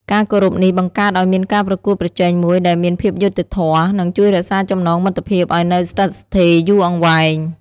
ការគោរពនេះបង្កើតឲ្យមានប្រកួតប្រជែងមួយដែលមានភាពយុត្តិធម៌ និងជួយរក្សាចំណងមិត្តភាពឱ្យនៅស្ថិតស្ថេរយូរអង្វែង។